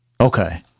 Okay